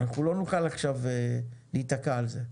אנחנו לא נוכל עכשיו להיתקע על זה.